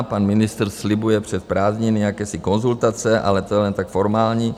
Pan ministr slibuje přes prázdniny jakési konzultace, ale to je jen tak formální.